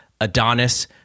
Adonis